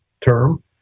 term